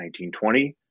1920